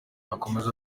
akomeza